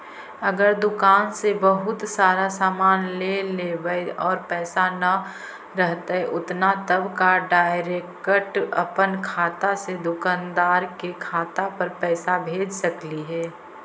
अगर दुकान से बहुत सारा सामान ले लेबै और पैसा न रहतै उतना तब का डैरेकट अपन खाता से दुकानदार के खाता पर पैसा भेज सकली हे?